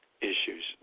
issues